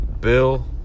Bill